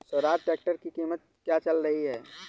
Swaraj tractor की कीमत क्या चल रही है?